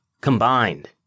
combined